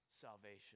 salvation